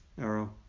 arrow